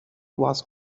was